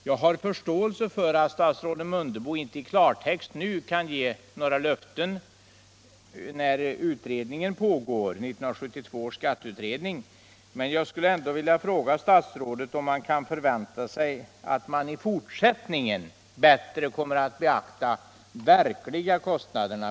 Jag har förståelse för att statsrådet Mundebo inte i klartext kan ge några löften nu, medan 1972 års skatteutredning pågår, men jag skulle ändå vilja fråga statsrådet om det kan förväntas att man i fortsättningen kommer att bättre beakta de verkliga kostnaderna.